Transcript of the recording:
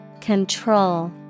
Control